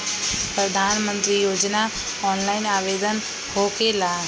प्रधानमंत्री योजना ऑनलाइन आवेदन होकेला?